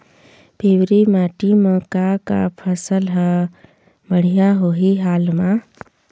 पिवरी माटी म का का फसल हर बढ़िया होही हाल मा?